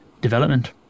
development